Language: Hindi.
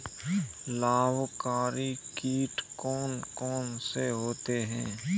लाभकारी कीट कौन कौन से होते हैं?